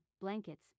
blankets